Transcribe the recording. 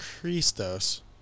Christos